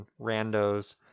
randos